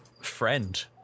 friend